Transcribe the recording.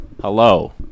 Hello